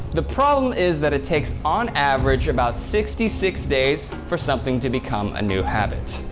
the problem is that it takes, on average, about sixty six days for something to become a new habit.